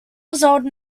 resulted